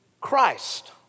Christ